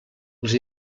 les